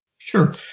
Sure